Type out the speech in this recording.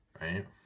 Right